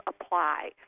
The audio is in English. apply